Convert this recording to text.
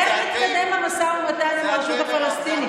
איך מתקדם המשא ומתן עם הרשות הפלסטינית?